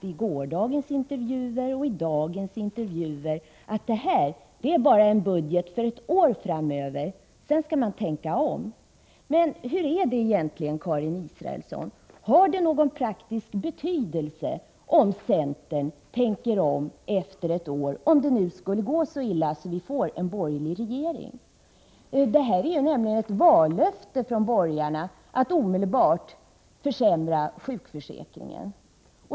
I gårdagens och i dagens intervjuer har man sagt att detta bara är en budget för ett år framöver — sedan skall man tänka om. Men hur är det egentligen, Karin Israelsson, har det någon praktisk betydelse om centern tänker om efter ett år — om det nu skulle gå så illa att vi får en borgerlig regering? Det är nämligen ett vallöfte från borgarna att omedelbart försämra sjukförsäkringen.